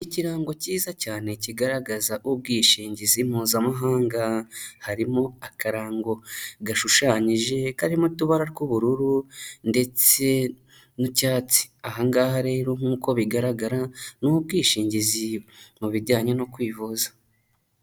Ikirango cyiza cyane kigaragaza ubwishingizi mpuzamahanga harimo akarango gashushanyije karimo utubara tw'ubururu ndetse n'icyatsi, aha ngaha rero nk'uko bigaragara ni ubwishingizi mu bijyanye no kwivuza.